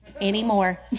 anymore